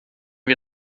wir